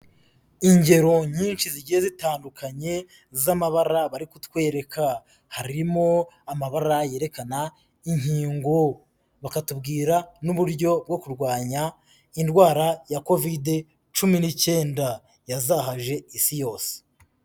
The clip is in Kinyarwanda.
Ingero nyinshi zigiye zitandukanye z'amabara bari kutwereka harimo amabara yerekana inkingo bakatubwira n'uburyo bwo kurwanya indwara ya COVID-19 yazahaje isi yose.